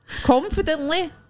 Confidently